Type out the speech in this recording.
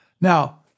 Now